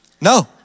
No